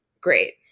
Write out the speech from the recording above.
Great